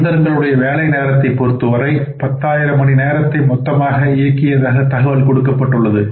இயந்திரங்கள் உடைய வேலை நேரத்தை பொருத்தவரை 10000 மணி நேரம் மொத்தமாக இயங்கியதாக தகவல் கொடுக்கப்பட்டுள்ளது